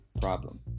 problem